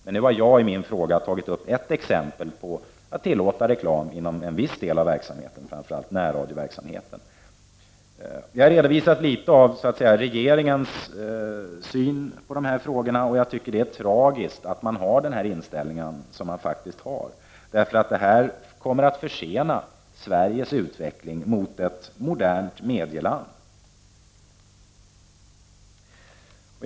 Jag hari min interpellation anfört ett exempel på detta med att tillåta reklam inom en viss del av verksamheten, framför allt inom närradioverksamheten. Regeringens syn på de här frågorna har ju i viss mån redovisats. Jag tycker att det är tragiskt att man har den inställning som man har. Det här kommer ju att innebära att Sveriges utveckling mot ett modernt medialand försenas.